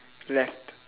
left